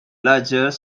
larger